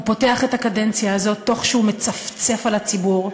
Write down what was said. הוא פותח את הקדנציה הזאת תוך שהוא מצפצף על הציבור,